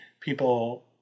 people